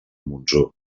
monsó